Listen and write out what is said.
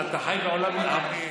מה, אתה חי בעולם, אוהב,